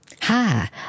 Hi